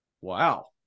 Wow